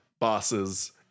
bosses